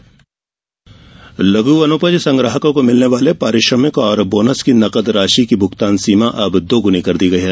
वनोपज लघू वनोपज संग्राहकों को मिलने वाले पारिश्रमिक और बोनस की नगद राशि की भूगतान सीमा दोगुनी कर दी गई है